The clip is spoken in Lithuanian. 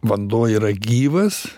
vanduo yra gyvas